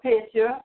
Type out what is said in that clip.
picture